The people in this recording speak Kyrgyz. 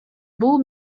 бул